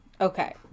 Okay